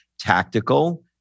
tactical